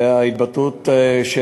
והתבטאתי